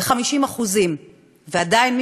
ב-50%; ועדיין,